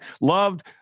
loved